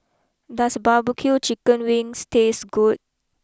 does barbecue Chicken wings taste good